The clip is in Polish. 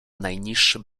najniższym